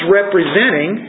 representing